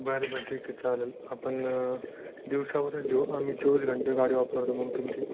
बरं बरं ठीक आहे चालेल आपण दिवसावरच घेऊ मग मी चोवीस घंटे गाडी वापरतो मग तुमची